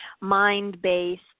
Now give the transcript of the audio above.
mind-based